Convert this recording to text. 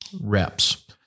reps